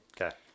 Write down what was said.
Okay